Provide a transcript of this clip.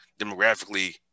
demographically